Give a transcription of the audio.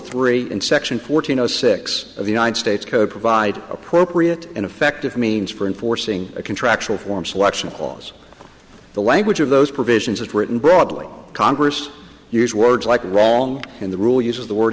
three and section fourteen zero six of the united states code provide appropriate and effective means for enforcing a contractual form selection clause the language of those provisions that were written broadly congress use words like wrong in the rule use of the word